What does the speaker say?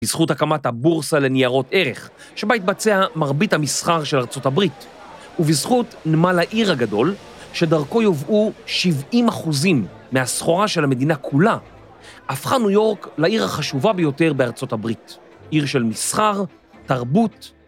‫בזכות הקמת הבורסה לניירות ערך, ‫שבה התבצע מרבית המסחר של ארצות הברית, ‫ובזכות נמל העיר הגדול, ‫שדרכו יובאו 70% מהשכורה של המדינה כולה, ‫הפכה ניו יורק ‫לעיר החשובה ביותר בארצות הברית. ‫עיר של מסחר, תרבות...